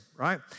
right